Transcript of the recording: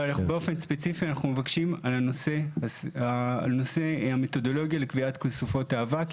אבל באופן ספציפי אנחנו מבקשים על נושא המתודולוגיה לקביעת סופות האבק.